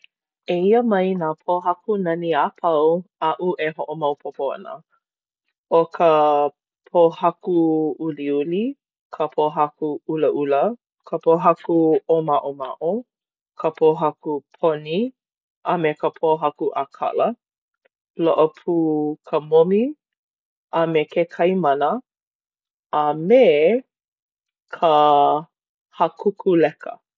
Eia mai nā pōhaku nani a pau aʻu e hoʻomaopopo ana. ʻO ka pōhaku uliuli, ka pōhaku ʻulaʻula, ka pōhaku ʻōmaʻomaʻo, ka pōhaku poni, a me ka pōhaku ʻākala. Loaʻa pū ka momi a me ke kaimana a me ka hakukuleka.